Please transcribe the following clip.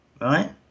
right